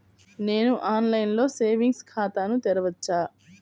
నేను ఆన్లైన్లో సేవింగ్స్ ఖాతాను తెరవవచ్చా?